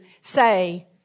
say